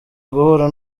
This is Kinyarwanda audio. guhura